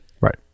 Right